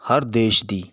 ਹਰ ਦੇਸ਼ ਦੀ